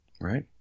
Right